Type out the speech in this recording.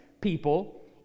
people